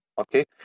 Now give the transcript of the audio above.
okay